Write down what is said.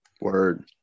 Word